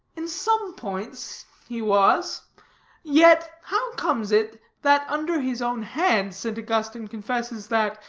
in some points he was yet, how comes it that under his own hand, st. augustine confesses that,